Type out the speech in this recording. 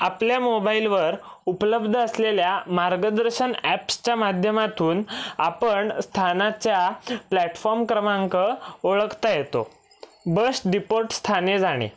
आपल्या मोबाइलबर उपलब्ध असलेल्या मार्गदर्शन ॲप्सच्या माध्यमातून आपण स्थानाच्या प्लॅटफॉम क्रमांक ओळखता येतो बस डिपोट स्थाने जाणे